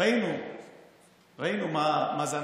ראינו מה זה אנרכיסטים,